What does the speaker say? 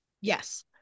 Yes